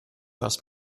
hast